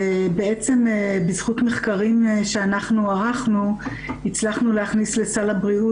ובעצם בזכות מחקרים שאנחנו ערכנו הצלחנו להכניס לסל הבריאות